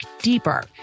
deeper